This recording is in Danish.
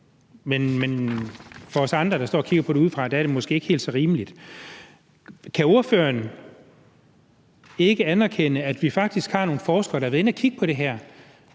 Men for os andre, der står og kigger på det udefra, er det måske ikke helt så rimeligt. Kan ordføreren ikke anerkende, at vi faktisk har nogle forskere, der har været inde at kigge på det her,